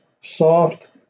soft